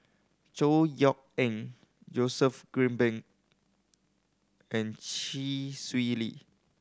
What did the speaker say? Chor Yeok Eng Joseph Grimberg and Chee Swee Lee